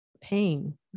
pain